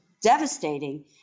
devastating